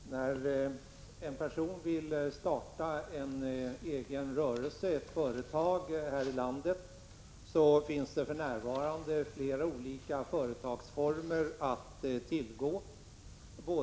Fru talman! När en person vill starta en egen rörelse, ett företag, här i landet finns det för närvarande flera olika företagsformer att tillgå.